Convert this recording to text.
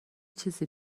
چیزی